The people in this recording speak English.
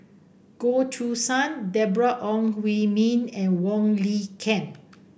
Goh Choo San Deborah Ong Hui Min and Wong Lin Ken